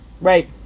right